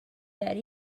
that